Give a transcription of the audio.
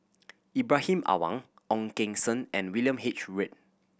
Ibrahim Awang Ong Keng Sen and William H Read